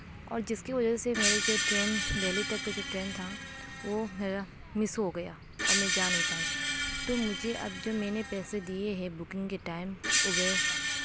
اور جس کی وجہ سے میری جو ٹرین دہلی تک کا جو ٹرین تھا وہ میرا مس ہو گیا اور میں جا نہیں پائی تو مجھے اب جو میں نے پیسے دیے ہیں بکنگ کے ٹائم ابیر